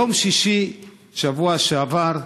יום שישי, שבוע שעבר,